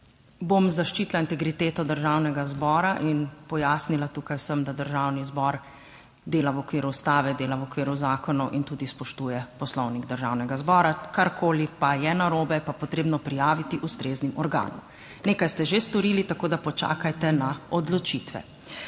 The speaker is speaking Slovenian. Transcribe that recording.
bom zaščitila integriteto Državnega zbora in pojasnila, tukaj sem, da Državni zbor dela v okviru Ustave, dela v okviru zakonov in tudi spoštuje Poslovnik Državnega zbora, karkoli pa je narobe, je pa potrebno prijaviti ustreznim organom. Nekaj ste že storili, tako da počakajte na odločitve.